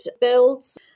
builds